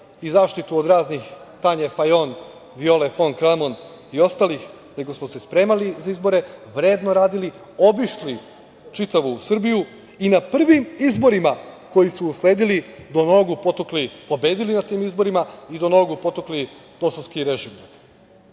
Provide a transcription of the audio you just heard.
i zaštitu od raznih, Tanje Fajon, Viole fon Kramon i ostalih, nego smo se spremali za izbore, vredno radili, obišli čitavu Srbiju i na prvim izborima koji su usledili pobedili i do nogu potukli DOS-ovski režim.